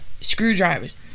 screwdrivers